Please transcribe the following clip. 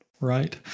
right